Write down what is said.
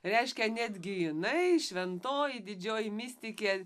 reiškia netgi jinai šventoji didžioji mistikė